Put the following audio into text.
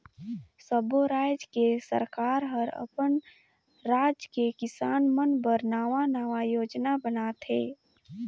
सब्बो रायज के सरकार हर अपन राज के किसान मन बर नांवा नांवा योजना बनाथे